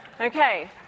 Okay